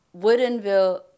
Woodenville